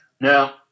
Now